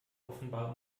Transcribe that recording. offenbar